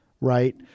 right